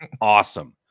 awesome